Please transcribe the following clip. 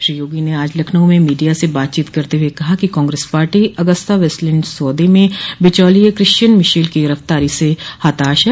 श्री योगी ने आज लखनऊ में मीडिया से बातचीत करते हुए कहा कि कांग्रेस पार्टी अगस्ता वेस्टलैंड सौदे में बिचौलिये क्रिश्चियन मिशेल की गिरफ़्तारी से हताश है